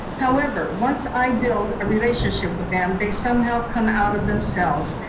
however, once i build a relationship with them, they somehow come out of themselves,